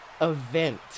event